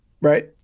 right